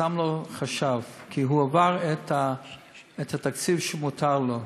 שם לו חשב, כי הוא עבר את התקציב שמותר לו.